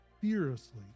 fiercely